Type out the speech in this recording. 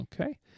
Okay